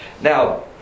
Now